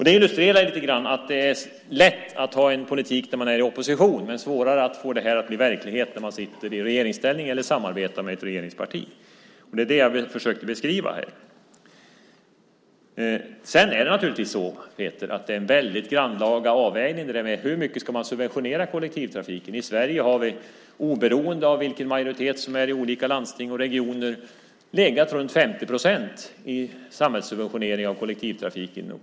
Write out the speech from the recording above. Det illustrerar i någon mån att det är lätt att ha en politik när man är i opposition men svårare att få det att bli verklighet när man sitter i regeringsställning eller samarbetar med ett regeringsparti. Det är det som jag har försökt beskriva här. Sedan är det naturligtvis så, Peter, att det är en väldigt grannlaga avvägning hur mycket man ska subventionera kollektivtrafiken. I Sverige har vi, oberoende av vilken majoritet som funnits i olika landsting och regioner, legat runt 50 procent i samhällssubventionering av kollektivtrafik.